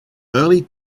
early